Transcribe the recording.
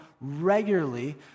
regularly